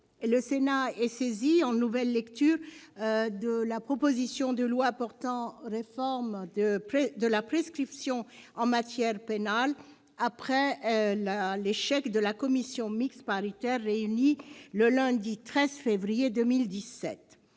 le Sénat est saisi, en nouvelle lecture, de la proposition de loi portant réforme de la prescription en matière pénale, après l'échec de la commission mixte paritaire réunie le lundi 13 février 2017.